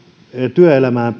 työelämään